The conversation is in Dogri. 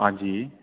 हां जी